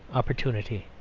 opportunity.